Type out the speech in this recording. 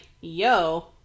yo